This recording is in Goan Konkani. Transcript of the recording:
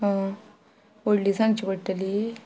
अं व्हडली सांगची पडटली